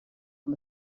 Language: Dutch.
van